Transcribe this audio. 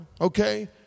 okay